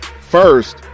First